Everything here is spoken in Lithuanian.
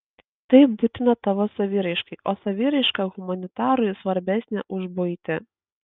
tai būtina tavo saviraiškai o saviraiška humanitarui svarbesnė už buitį